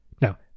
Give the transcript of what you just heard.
Now